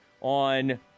on